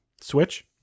switch